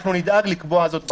אנחנו נדאג לקבוע זאת בחוק.